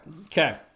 Okay